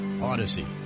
Odyssey